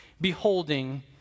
beholding